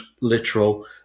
literal